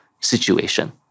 situation